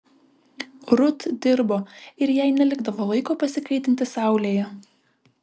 rut dirbo ir jai nelikdavo laiko pasikaitinti saulėje